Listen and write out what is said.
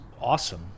awesome